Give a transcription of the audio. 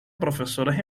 profesores